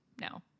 No